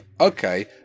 okay